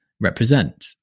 represent